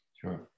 Sure